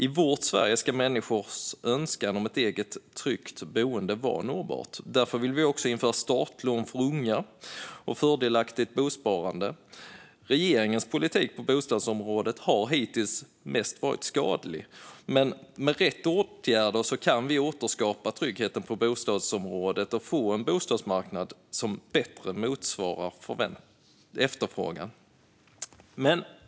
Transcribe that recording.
I vårt Sverige ska människors önskan om ett eget tryggt boende vara nåbar. Därför vill vi införa startlån för unga och fördelaktigt bosparande. Regeringens politik på bostadsområdet har hittills mest varit skadlig, men med rätt åtgärder kan vi återskapa tryggheten på bostadsområdet och få en bostadsmarknad som bättre motsvarar efterfrågan.